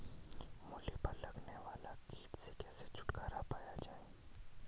मूली पर लगने वाले कीट से कैसे छुटकारा पाया जाये?